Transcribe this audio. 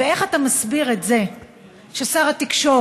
ואיך אתה מסביר את זה ששר התקשורת,